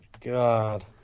God